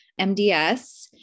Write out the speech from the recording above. MDS